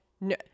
no